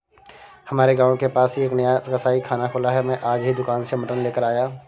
हमारे गांव के पास ही एक नया कसाईखाना खुला है मैं आज ही दुकान से मटन लेकर आया